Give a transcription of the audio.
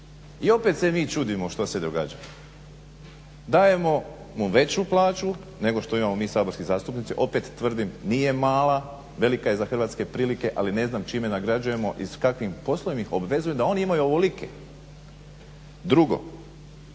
I opet se mi čudimo što se događa. Dajemo mu veću plaću nego što imamo mi saborski zastupnici, opet tvrdim nije mala velika je za hrvatske prilike ali ne znam čime nagrađujemo i s kakvim poslom ih obvezujemo da oni imaju ovolike. Drugo,